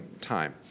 time